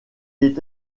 est